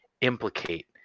implicate